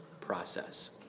process